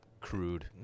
crude